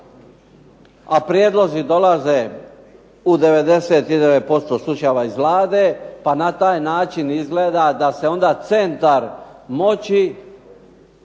a prijedlozi dolaze u 99% slučajeva iz Vlade pa na taj način izgleda da se onda centar moći